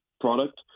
product